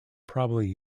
probably